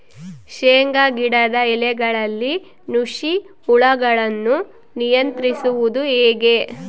ಶೇಂಗಾ ಗಿಡದ ಎಲೆಗಳಲ್ಲಿ ನುಷಿ ಹುಳುಗಳನ್ನು ನಿಯಂತ್ರಿಸುವುದು ಹೇಗೆ?